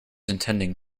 intending